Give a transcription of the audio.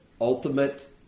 ultimate